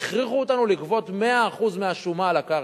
הכריחו אותנו לגבות 100% השומה על הקרקע,